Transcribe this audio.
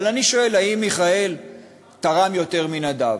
אבל אני שואל, האם מיכאל תרם יותר מנדב?